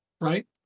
right